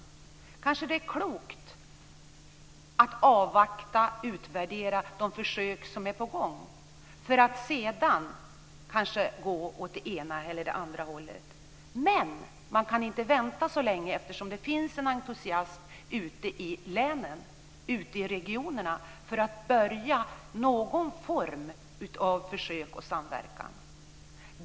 Det kanske är klokt att avvakta och utvärdera de försök som är på gång för att sedan kanske gå åt det ena eller andra hållet. Men man kan inte vänta så länge, eftersom det finns en entusiasm ute i länen och i regionerna för att börja någon form av försök och samverkan.